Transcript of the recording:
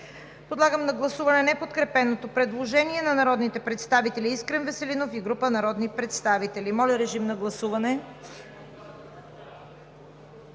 Подлагам на гласуване неподкрепеното предложение на народните представители Искрен Веселинов и група народни представители. Гласували